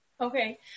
Okay